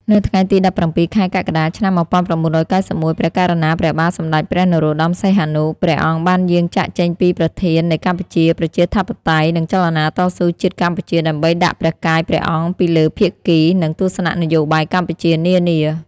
នៅថ្ងៃទី១៧ ខែកក្កដា ឆ្នាំ១៩៩១ ព្រះករុណាព្រះបាទសម្តេចព្រះនរោត្តម សីហនុ ព្រះ អង្គបានយាងចាកចេញពីប្រធាននៃកម្ពុជាប្រជាធិបតេយ្យ និងចលនាតស៊ូជាតិកម្ពុជា ដើម្បីដាក់ព្រះកាយព្រះអង្គពីលើភាគី និងទស្សនៈនយោបាយកម្ពុជានានា។